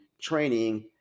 training